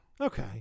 Okay